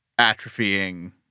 atrophying